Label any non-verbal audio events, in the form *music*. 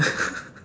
*laughs*